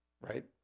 right